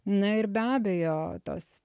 na ir be abejo tos